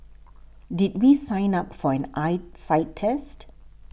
did we sign up for an eyesight test